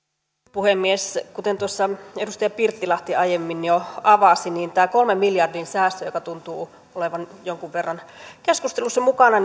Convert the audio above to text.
puhemies kuten tuossa edustaja pirttilahti aiemmin jo avasi ei ole ollut tarkoituskaan että tämä kolmen miljardin säästö joka tuntuu olevan jonkun verran keskustelussa mukana